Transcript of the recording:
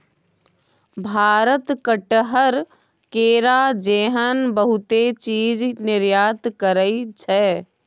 भारत कटहर, केरा जेहन बहुते चीज निर्यात करइ छै